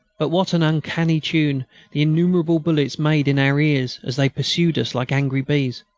but what an uncanny tune the innumerable bullets made in our ears as they pursued us like angry bees!